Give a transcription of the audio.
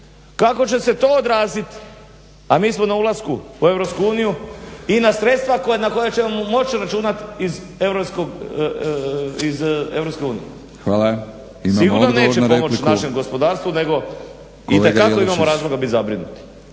Kako će se to odrazit, a mi smo na ulasku u Europsku uniju i na sredstva koja ćemo moći računat iz Europske unije. Sigurno neće pomoći našem gospodarstvu nego itekako imamo razloga bit zabrinuti.